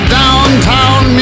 downtown